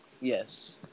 Yes